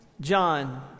John